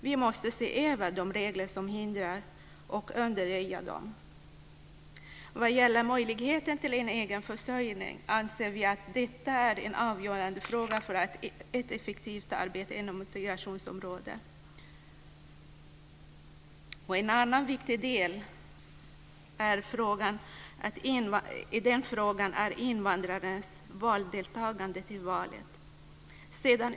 Vi måste se över och åtgärda de regler som hindrar dessa personer. Möjligheten till egen försörjning anser vi vara en avgörande fråga för ett effektivt arbete inom integrationsområdet. En annan viktig fråga i detta sammanhang är invandrarnas valdeltagande.